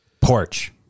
Porch